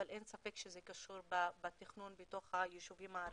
אבל אין ספק שזה קשור בתכנון בתוך היישובים הערביים.